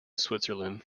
switzerland